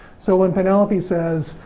so, when penelope says,